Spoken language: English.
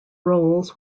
roles